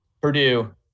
Purdue